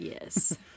Yes